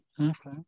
okay